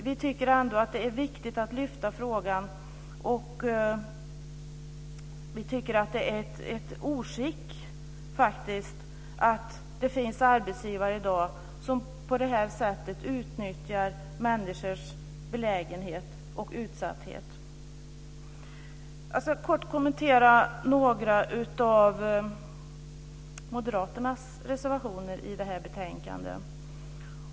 Vi tycker att det är viktigt att lyfta fram frågan. Vi tycker att det är ett oskick att det finns arbetsgivare i dag som utnyttjar människors belägenhet och utsatthet på det här sättet. Jag ska kort kommentera några av Moderaternas reservationer i det här betänkandet.